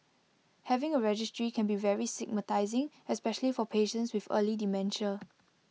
having A registry can be very stigmatising especially for patients with early dementia